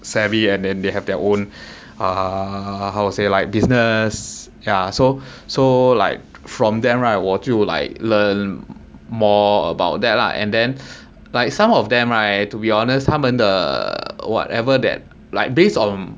savvy and then they have their own uh how to say like business yeah so so like from them right 我就 like learn more about that lah and then like some of them I to be honest 他们的 whatever that like base on